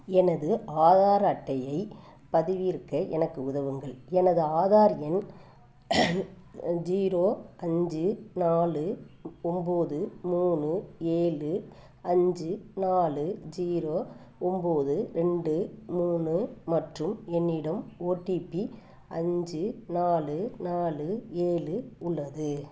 எனது ஆதார் அட்டையைப் பதிவிறக்க எனக்கு உதவுங்கள் எனது ஆதார் எண் ஜீரோ அஞ்சு நாலு ஒன்போது மூணு ஏழு அஞ்சு நாலு ஜீரோ ஒன்போது ரெண்டு மூணு மற்றும் என்னிடம் ஓடிபி அஞ்சு நாலு நாலு ஏழு உள்ளது